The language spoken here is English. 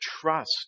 trust